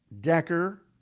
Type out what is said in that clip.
Decker